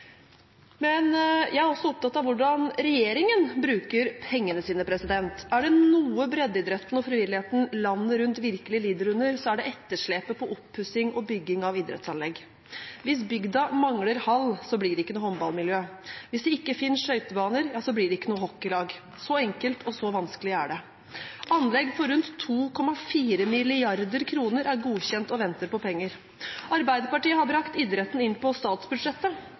Men jeg er også opptatt av hvordan regjeringen bruker pengene sine. Er det noe breddeidretten og frivilligheten landet rundt virkelig lider under, så er det etterslepet på oppussing og bygging av idrettsanlegg. Hvis bygda mangler hall, så blir det ikke noe håndballmiljø. Hvis det ikke finnes skøytebaner, ja så blir det ikke noe hockeylag. Så enkelt og så vanskelig er det. Anlegg for rundt 2,4 mrd. kr er godkjent og venter på penger. Arbeiderpartiet har brakt idretten inn på statsbudsjettet